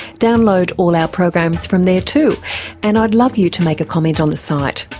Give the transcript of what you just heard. download all our programs from there too and i'd love you to make a comment on the site.